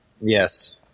Yes